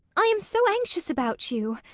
i am so anxious about you.